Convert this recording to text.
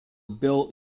built